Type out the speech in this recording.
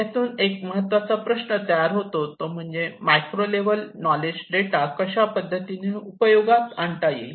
यातून एक महत्त्वाचा प्रश्न तयार होतो तो म्हणजे मायक्रो लेवल नॉलेज डेटा कशा पद्धतीने उपयोगात आणता येईल